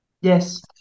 yes